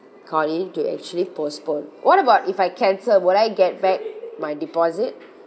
call in to actually postpone what about if I cancel would I get back my deposit